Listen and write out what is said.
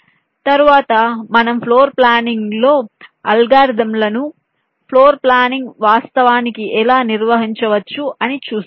తరువాత మనం floor planning అల్గోరిథంలను ఫ్లోర్ ప్లానింగ్ వాస్తవానికి ఎలా నిర్వహించవచ్చు అని చూస్తాము